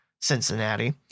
cincinnati